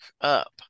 up